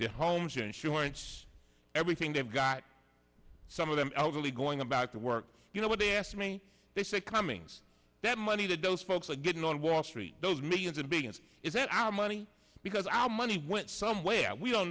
their homes insurance everything they've got some of them elderly going about the work you know what they asked me they say cummings that money that those folks are getting on wall street those millions and billions is it our money because our money went somewhere we don't